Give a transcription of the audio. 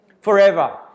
Forever